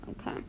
Okay